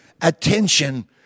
attention